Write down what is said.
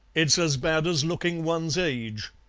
it's as bad as looking one's age.